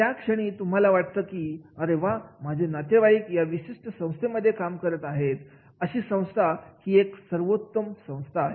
त्या क्षणी तुम्हाला वाटतं की अरे वा माझे नातेवाईक या विशिष्ट संस्थेमध्ये काम करत आहेत अशी संस्था हीच एक सर्वोत्तम संस्था आहे